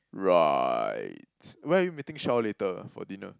right where are you meeting Shao later for dinner